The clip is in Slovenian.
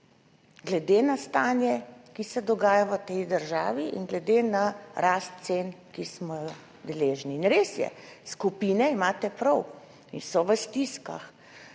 glede na stanje, ki se dogaja v tej državi, in glede na rast cen, ki smo je deležni. In res je, skupine, imate prav, so v stiskah.